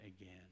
again